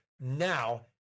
now